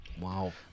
Wow